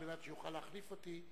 על מנת שיוכל להחליף אותי.